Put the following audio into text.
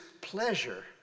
pleasure